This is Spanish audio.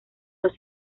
los